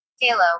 Kalo